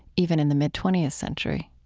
even in the mid twentieth century